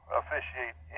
officiate